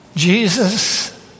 Jesus